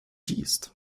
yeast